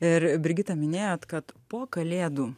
ir brigita minėjot kad po kalėdų